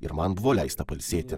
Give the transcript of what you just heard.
ir man buvo leista pailsėti